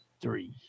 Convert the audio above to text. three